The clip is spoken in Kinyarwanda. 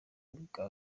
bwa